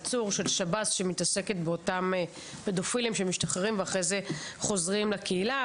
צור של שב"ס שמתעסקת באותם פדופילים שמשתחררים ואחרי זה חוזרים לקהילה,